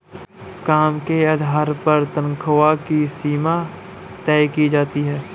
काम के आधार पर तन्ख्वाह की सीमा तय की जाती है